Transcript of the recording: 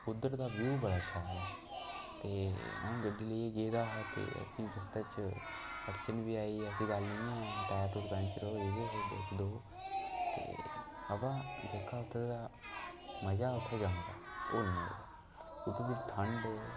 उद्धर दा व्यू बड़ा शैल ऐ ते अ'ऊं गड्डी लेइयै गेदा हा ते असें रस्ते च अड़चन बी आई ऐसी गल्ल नी ऐ टैर टूर पैंचर होऐ हे इक दो ते अवा जेह्का उद्धर दा मज़ा उत्थें जाने दा ओह् नी आंदा उद्धर दी ठंड